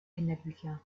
kinderbücher